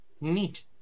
Neat